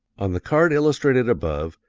on the card illustrated above,